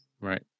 Right